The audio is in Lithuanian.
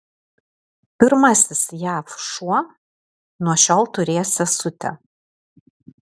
pirmasis jav šuo nuo šiol turės sesutę